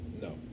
No